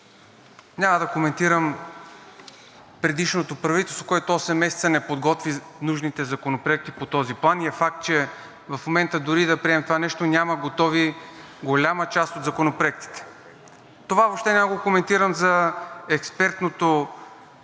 няма да коментирам предишното правителство, което осем месеца не подготви нужните законопроекти по този план. Факт е, че в момента дори и да приемем това нещо, няма готови голяма част от законопроектите. Това въобще не го коментирам за експертното